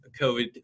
COVID